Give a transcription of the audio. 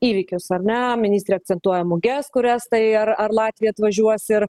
įvykius ar ne ministrė akcentuoja muges kurias tai ar latvija atvažiuos ir